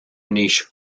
niche